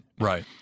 Right